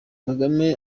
kagame